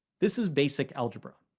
this is basic algebra,